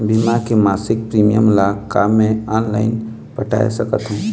बीमा के मासिक प्रीमियम ला का मैं ऑनलाइन पटाए सकत हो?